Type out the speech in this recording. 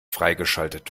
freigeschaltet